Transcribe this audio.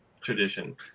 tradition